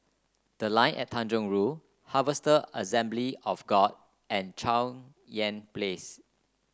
The Line at Tanjong Rhu Harvester Assembly of God and Cheng Yan Place